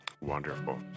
Wonderful